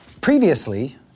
previously